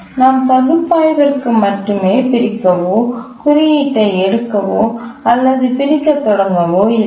நாம் பகுப்பாய்விற்கு மட்டுமே பிரிக்கவோ குறியீட்டை எடுக்கவோ அல்லது பிரிக்கத் தொடங்கவோ இல்லை